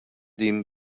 din